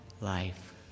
life